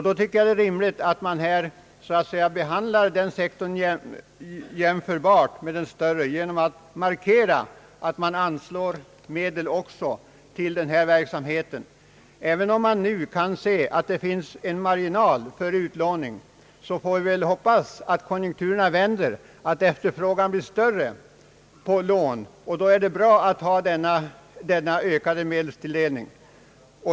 Det vore rimligt att man behandlade denna sektor på samma sätt som när det gäller de stora företagen genom att anslå medel också till denna verksamhet. Även om man nu kan se att det redan finns kapital för utlåning, får vi väl hoppas att konjunkturerna vänder så att efterfrågan på lån blir större. Då är det bra att ha denna ökade medelstilldelning.